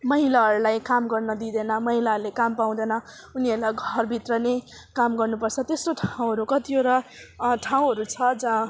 महिलाहरूलाई काम गर्न दिँदैन महिलाहरूले काम पाउँदैन उनीहरूलाई घरभित्र नै काम गर्नुपर्छ त्यस्तो ठाउँहरू कतिवटा ठाउँहरू छ जहाँ